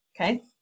okay